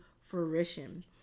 fruition